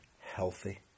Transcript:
healthy